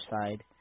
side